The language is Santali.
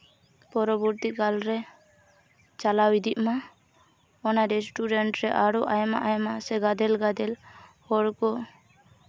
ᱯᱚᱨᱚᱵᱚᱨᱛᱤ ᱠᱟᱞᱨᱮ ᱪᱟᱞᱟᱣ ᱤᱫᱤᱜ ᱢᱟ ᱚᱱᱟ ᱨᱮᱥᱴᱩᱨᱮᱱᱴ ᱨᱮ ᱟᱨᱚ ᱟᱭᱢᱟ ᱟᱭᱢᱟ ᱥᱮ ᱜᱟᱫᱮᱞ ᱜᱟᱫᱮᱞ ᱦᱚᱲᱠᱚ